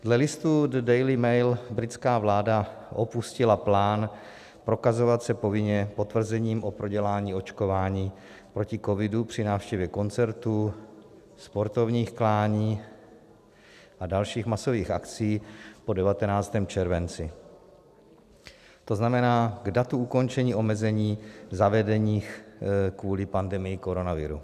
Dle listu Daily Mail britská vláda opustila plán prokazovat se povinně potvrzením o prodělání očkování proti covidu při návštěvě koncertů, sportovních klání a dalších masových akcí po 19. červenci, to znamená k datu ukončení omezení zavedených kvůli pandemii koronaviru.